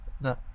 No